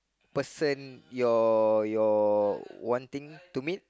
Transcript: person you're you're wanting to meet